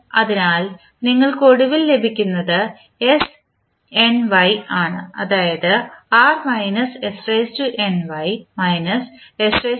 അതിനാൽ നിങ്ങൾക്ക് ഒടുവിൽ ലഭിക്കുന്നത് ആണ് അതായത് r y y y